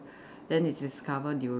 then they discover durian